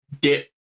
dip